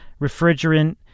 refrigerant